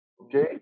okay